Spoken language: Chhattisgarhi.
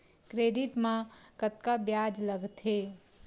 क्रेडिट मा कतका ब्याज लगथे?